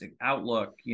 Outlook